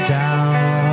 down